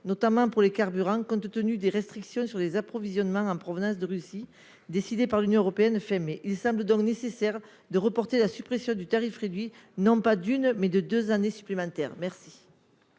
notamment pour les carburants, compte tenu des restrictions sur les approvisionnements en provenance de Russie décidées par l'Union européenne fin mai. Il semble donc nécessaire de reporter la suppression du tarif réduit non pas d'une mais de deux années supplémentaires. Quel